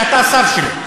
שאתה השר שלו,